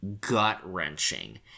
gut-wrenching